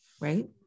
right